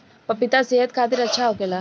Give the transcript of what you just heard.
पपिता सेहत खातिर अच्छा होखेला